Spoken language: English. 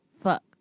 Fuck